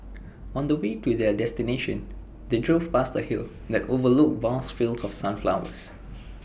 on the way to their destination they drove past A hill that overlooked vast fields of sunflowers